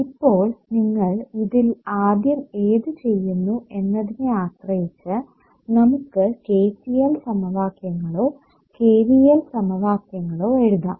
ഇപ്പോൾ നിങ്ങൾ ഇതിൽ ആദ്യം ഏതു ചെയ്യുന്നു എന്നതിനെ ആശ്രയിച്ച് നമുക്ക് KCL സമവാക്യങ്ങലോ KVL സമവാക്യങ്ങലോ എഴുതാം